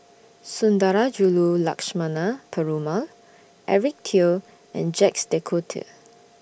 Sundarajulu Lakshmana Perumal Eric Teo and Jacques De Coutre